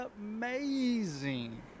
amazing